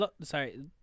sorry